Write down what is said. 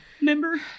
remember